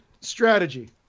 strategy